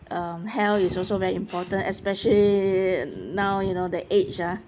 um health is also very important especially now you know the age ah